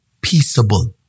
peaceable